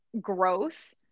growth